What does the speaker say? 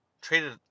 traded